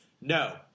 no